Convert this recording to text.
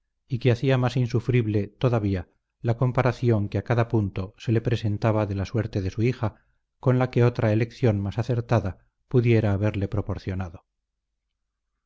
y que hacía más insufrible todavía la comparación que a cada punto se le presentaba de la suerte de su hija con la que otra elección más acertada pudiera haberle proporcionado